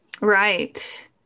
Right